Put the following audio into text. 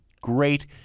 great